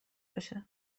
بشه